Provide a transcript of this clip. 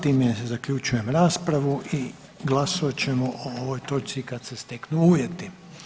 Time zaključujem raspravu i glasovat ćemo o ovoj točci kad se steknu uvjeti.